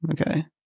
Okay